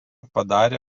padarė